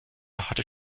hatte